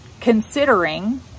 considering